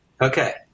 Okay